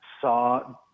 saw